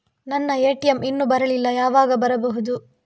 ನನ್ನ ಎ.ಟಿ.ಎಂ ಇನ್ನು ಬರಲಿಲ್ಲ, ಯಾವಾಗ ಬರಬಹುದು?